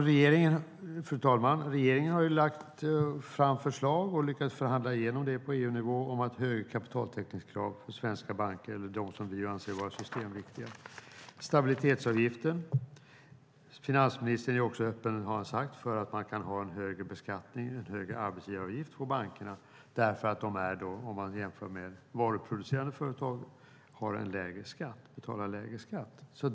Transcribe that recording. Fru talman! Regeringen har lagt fram förslag om och på EU-nivå lyckats förhandla igenom högre kapitaltäckningskrav på de svenska banker som vi anser vara systemviktiga. Vi har även stabilitetsavgiften. Finansministern har också sagt att han är öppen för att man kan ha en högre beskattning, en högre arbetsgivaravgift på bankerna därför att de, om man jämför med varuproducerande företag, betalar en lägre skatt.